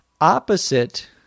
Opposite